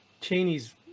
Cheney's